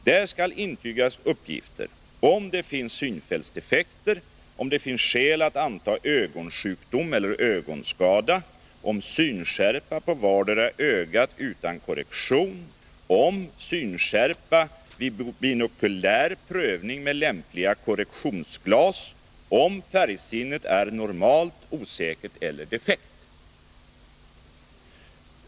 Däri skall intygas uppgifter på följande punkter: om huruvida det finns synfältsdefekter, om huruvida det finns skäl att anta ögonsjukdom eller ögonskada, om huruvida färgsinnet är normalt, osäkert eller defekt.